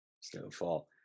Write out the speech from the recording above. Snowfall